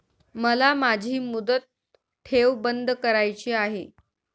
मला माझी मुदत ठेव बंद करायची आहे